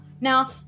now